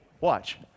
Watch